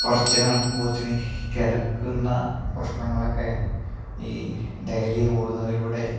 കുറച്ച് നടക്കുമ്പോഴത്തേന് കിതയ്ക്കുന്ന പ്രശ്നങ്ങളൊക്കെ ഈ ഡെയ്ലി ഓടുന്നതിലൂടെ